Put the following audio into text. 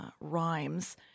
rhymes